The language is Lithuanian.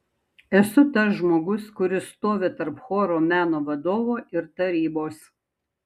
esu tas žmogus kuris stovi tarp choro meno vadovo ir tarybos